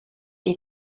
der